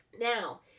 Now